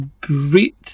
great